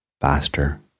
faster